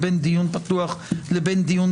הזה?